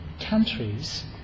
countries